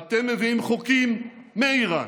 אתם מביאים חוקים מאיראן.